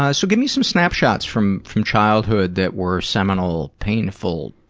ah so give me some snapshots from, from childhood that were seminal, painful,